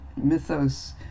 mythos